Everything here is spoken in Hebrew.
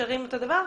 נשארים אותו הדבר?